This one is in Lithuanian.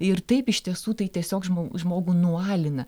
ir taip iš tiesų tai tiesiog žmo žmogų nualina